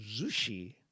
sushi